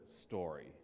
story